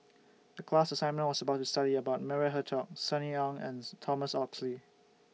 The class assignment was about study about Maria Hertogh Sunny Ang and Thomas Oxley